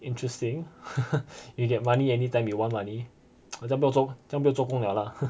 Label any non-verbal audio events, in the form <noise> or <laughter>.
interesting <laughs> you get money anytime you want money 这样不用做这样不用做工 liao lor